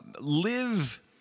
live